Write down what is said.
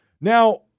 Now